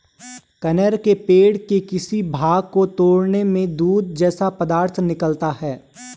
कनेर के पेड़ के किसी भाग को तोड़ने में दूध जैसा पदार्थ निकलता है